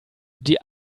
die